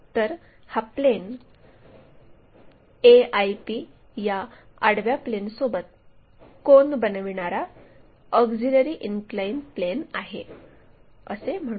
तर हा plane AIP या आडव्या प्लेनसोबत कोन बनविणारा ऑक्झिलिअरी इनक्लाइन प्लेन आहे असे म्हणू